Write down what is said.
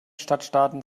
stadtstaaten